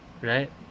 right